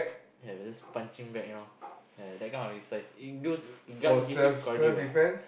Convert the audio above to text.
ya just punching bag you know ya that kind of exercise is those it does gives you cardio ah